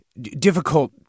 difficult